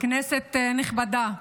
כנסת נכבדה,